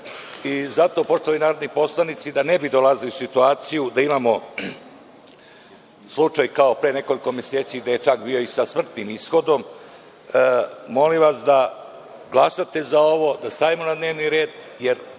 Zato, poštovani narodni poslanici, da ne bi dolazili u situaciju da imamo slučaj, kao pre nekoliko meseci, koji je bio sa smrtnim ishodom, molim vas da glasate za ovo, da stavimo na dnevni red, jer